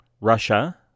Russia